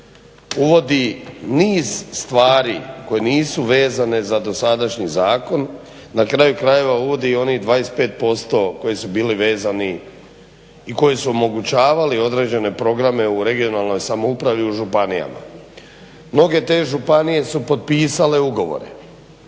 Uvodi niz stvari koje nisu vezane za dosadašnji zakon. Na kraju krajeva uvodi i onih 25% koji su bili vezani i koji su omogućavali određene programe u regionalnoj samoupravi u županijama. Mnoge te županije su potpisale ugovore.